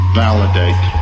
validate